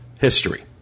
history